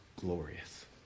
glorious